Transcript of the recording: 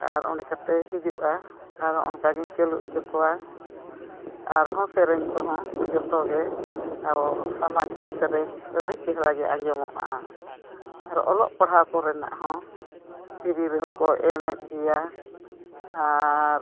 ᱟᱨ ᱚᱸᱰᱮ ᱠᱟᱛᱮᱫ ᱦᱤᱡᱩᱜᱼᱟ ᱟᱨᱚ ᱚᱱᱠᱟ ᱜᱮᱧ ᱪᱟᱹᱞᱩ ᱦᱚᱪᱚ ᱠᱚᱣᱟ ᱟᱨ ᱦᱚᱸ ᱥᱮᱨᱮᱧ ᱠᱚ ᱦᱚᱸ ᱡᱚᱛᱚ ᱜᱮ ᱟᱵᱚ ᱥᱚᱢᱟᱡᱽᱛᱮ ᱥᱮᱨᱮᱧ ᱟᱹᱰᱤ ᱪᱮᱦᱨᱟ ᱜᱮ ᱟᱸᱡᱚᱢᱚᱜᱼᱟ ᱟᱨ ᱚᱞᱚᱜ ᱯᱟᱲᱦᱟᱣ ᱠᱚᱨᱮᱱᱟᱜ ᱦᱚᱸ ᱴᱤᱵᱷᱤ ᱨᱮ ᱦᱚᱸ ᱠᱚ ᱮᱢ ᱮᱫ ᱜᱮᱭᱟ ᱟᱨ